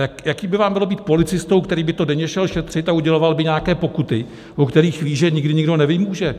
Jak by vám bylo být policistou, který by to denně šel šetřit a uděloval by nějaké pokuty, o kterých ví, že je nikdy nikdo nevymůže?